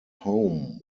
home